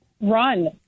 run